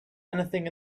anything